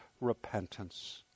repentance